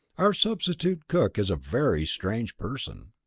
our substitute cook is a very strange person.